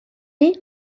nhrwyn